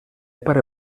pare